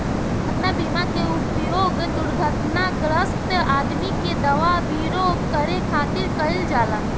दुर्घटना बीमा के उपयोग दुर्घटनाग्रस्त आदमी के दवा विरो करे खातिर कईल जाला